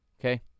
okay